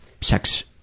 sex